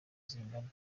zingana